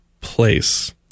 place